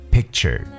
Picture